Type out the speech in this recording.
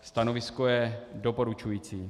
Stanovisko je doporučující.